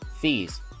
fees